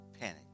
panic